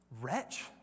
wretch